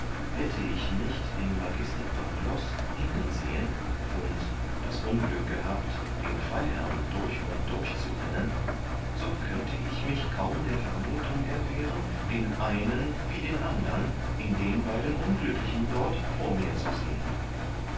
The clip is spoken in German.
hätte ich nicht den magister pangloß hängen sehen und das unglück gehabt den freiherrn durch und durch zu rennen so könnte ich mich kaum der vermuthung erwehren den einen wie den andern in den beiden unglücklichen dort vor mir zu sehen